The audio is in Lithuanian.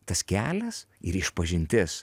tas kelias ir išpažintis